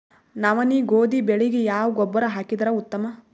ನವನಿ, ಗೋಧಿ ಬೆಳಿಗ ಯಾವ ಗೊಬ್ಬರ ಹಾಕಿದರ ಉತ್ತಮ?